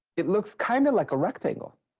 it looks kind of like a rectangle.